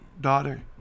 daughter